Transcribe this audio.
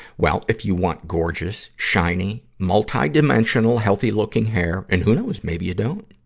well, if you want gorgeous, shiny, multi-dimensional healthy-looking hair and who knows? maybe you don't.